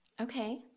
Okay